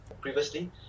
previously